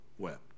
wept